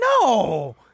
No